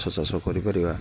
ମାଛ ଚାଷ କରିପାରିବା